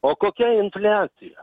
o kokia infliacija